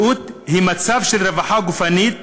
בריאות היא מצב של רווחה גופנית,